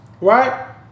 right